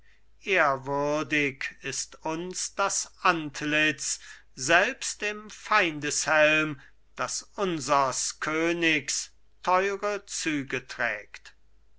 ehrwürdig ist uns das antlitz selbst im feindeshelm das unsers königs teure züge trägt